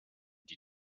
die